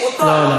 לא.